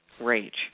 rage